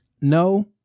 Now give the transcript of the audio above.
No